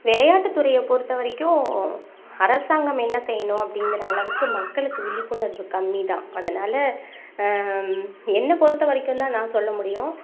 விளையாட்டு துறையை பொறுத்த வரைக்கும் அரசாங்கம் என்ன செய்யணும் அப்படிங்குற அளவுக்கு மக்களுக்கு விழிப்புணர்வு கம்மி தான் அதனால் என்னை பொறுத்த வரைக்கும் தான் நான் சொல்ல முடியும்